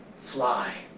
fly,